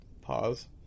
Pause